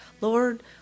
Lord